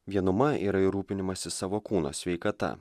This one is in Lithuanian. vienuma yra ir rūpinimasis savo kūno sveikata